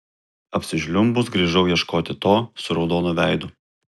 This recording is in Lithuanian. apsižliumbus grįžau ieškoti to su raudonu veidu